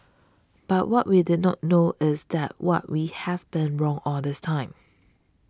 but what we did not know is that what we have been wrong all this time